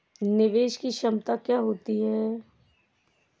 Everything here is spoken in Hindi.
निवेश की क्षमता क्या हो सकती है?